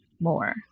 more